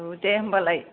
औ दे होनबालाय